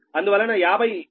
అందువలన 5000